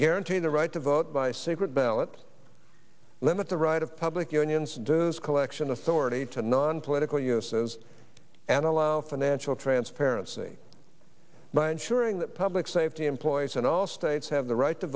guaranteed the right to vote by secret ballot limit the right of public unions dues collection authority to nonpolitical uses and allow financial transparency by ensuring that public safety employees in all states have the right to